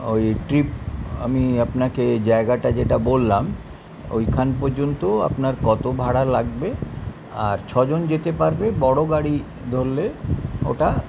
ওই ট্রিপ আমি আপনাকে জায়গাটা যেটা বললাম ওইখান পর্যন্ত আপনার কত ভাড়া লাগবে আর ছজন যেতে পারবে বড় গাড়ি ধরলে ওটা